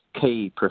key